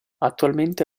attualmente